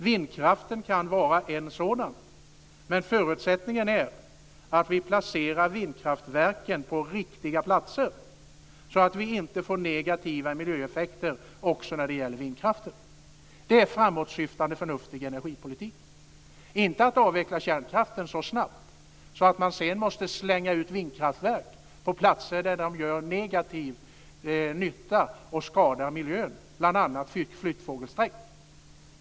Vindkraften kan vara en sådan, men förutsättningen är att vi placerar vindkraftverken på riktiga platser så att vi inte får negativa miljöeffekter också när det gäller vindkraften. Det är framåtsyftande, förnuftig energipolitik - inte att avveckla kärnkraften så snabbt att man sedan måste slänga ut vindkraftverk på platser där de har negativ inverkan och skadar miljön, bl.a. vid flyttfågelsträck.